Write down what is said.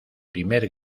primer